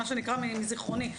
מה שנקראה מזכרוני,